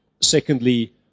secondly